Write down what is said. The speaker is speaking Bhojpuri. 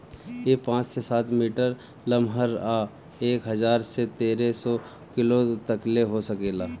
इ पाँच से सात मीटर लमहर आ एक हजार से तेरे सौ किलो तकले हो सकेला